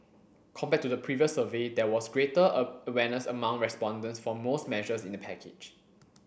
compared to the previous survey there was greater a awareness among respondents for most measures in the package